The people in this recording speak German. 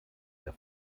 der